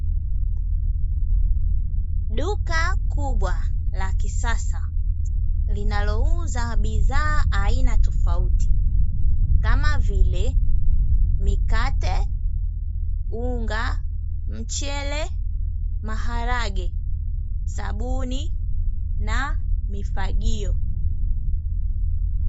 Duka kubwa la kisasa linalouza bidhaa aina tofauti, kama vile: mikate, unga, mchele, maharage, sabuni na mifagio.